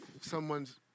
someone's